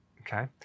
okay